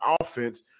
offense